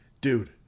dude